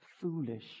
foolish